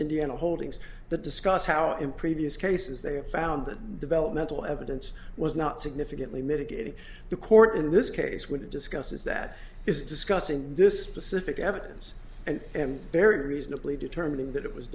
indiana holdings the discuss how in previous cases they have found that developmental evidence was not significantly mitigating the court in this case when it discusses that is discussing this specific evidence and very reasonably determining that it was